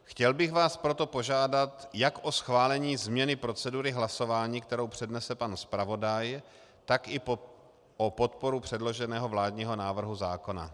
Chtěl bych vás proto požádat jak o schválení změny procedury hlasování, kterou přednese pan zpravodaj, tak i o podporu předloženého vládního návrhu zákona.